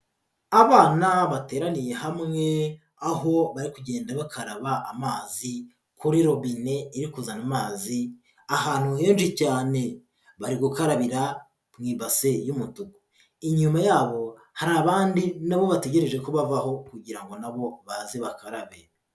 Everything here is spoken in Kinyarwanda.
Abana bateraniye hamwe, aho bari kugenda bakaraba amazi kuri robine iri kuzana amazi ahantu henshi cyane, bari gukarabira mu ibase y'umutuku. Inyuma yabo hari abandi na bo bategereje ko bavaho kugira ngo na bo baze bakarabe.